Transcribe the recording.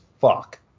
fuck